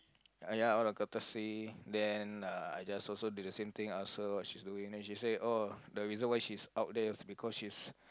!aiya! all the courtesy then uh I just also did the same thing ask her what she's doing then she said oh the reason why she's out there is because she's